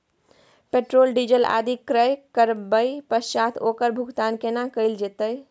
Petrol, diesel आदि क्रय करबैक पश्चात ओकर भुगतान केना कैल जेतै?